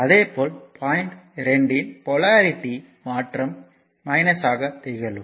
அதேபோல் பாயிண்ட் 2 ன் போலாரிட்டி மாற்றம் ஆக திகழும்